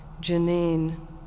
Janine